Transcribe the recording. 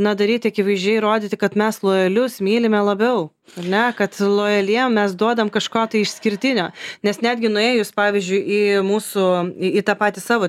na daryti akivaizdžiai rodyti kad mes lojalius mylime labiau ar ne kad lojaliem mes duodam kažko išskirtinio nes netgi nuėjus pavyzdžiui į mūsų į į tą patį savo